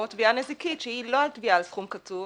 או תביעה נזיקית שהיא לא תביעה על סכום קצוב,